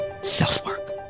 self-work